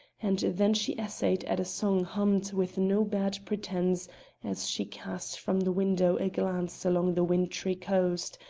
and then she essayed at a song hummed with no bad pretence as she cast from the window a glance along the wintry coast,